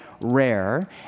rare